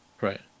Right